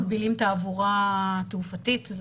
אם מדובר בתעבורה תעופתית,